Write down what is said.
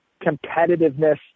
competitiveness